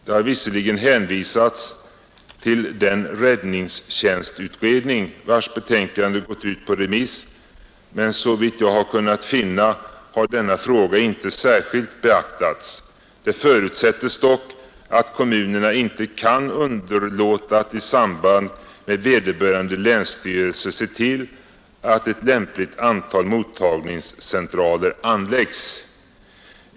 Det har visserligen hänvisats till den räddningstjänstutredning vars betänkande gått ut på remiss, men såvitt jag kunnat finna har denna fråga inte särskilt beaktats. Det förutsätts dock att kommunerna inte kan underlåta att i samarbete med vederbörande länsstyrelse se till att ett lämpligt antal mottagningscentraler anlägges.